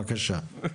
בבקשה.